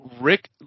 Rick